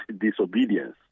disobedience